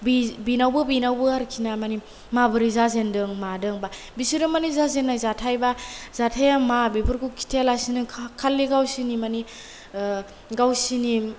बि बेनावबो बेनावबो आरोखिना माने माब्रै जाजेन्दों मादों बा बिसोरो माने जाजेन्नाय जाथाइ बा जाथाइया मा बेफोरखौ खिथायालासिनो खालि गावसोरनि माने गावसोरनि